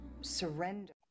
surrender